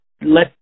let